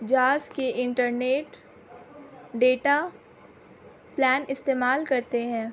jazz کے internet data plan استعمال کرتے ہیں